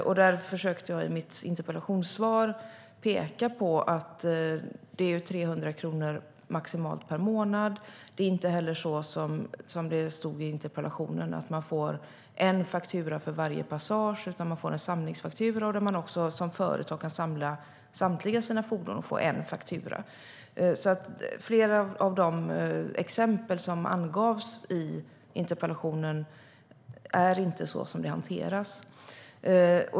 Jag försökte i mitt interpellationssvar peka på att förseningsavgiften är maximalt 300 kronor per månad. Det är inte heller så, som det stod i interpellationen, att man får en faktura för varje passage utan att man får en samlingsfaktura. Som företag kan man samla samtliga sina fordon och få en faktura. När det gäller flera av de exempel som angavs i interpellationen är det inte så som det hanteras.